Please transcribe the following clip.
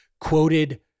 quoted